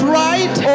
right